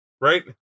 right